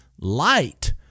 Light